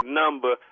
number